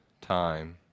time